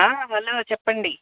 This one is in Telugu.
ఆ హలో చెప్పండి